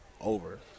over